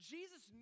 Jesus